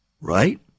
right